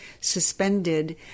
suspended